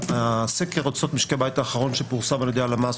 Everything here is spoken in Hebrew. סקר הוצאות משקי בית האחרון שפורסם על-ידי הלמ"ס